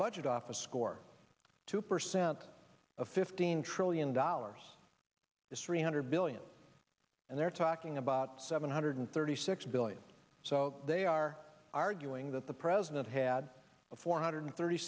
budget office scored two percent of fifteen trillion dollars is three hundred billion and they're talking about seven hundred thirty six billion so they are arguing that the president had a four hundred thirty